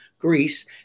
Greece